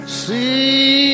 see